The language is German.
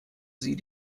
sie